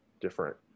different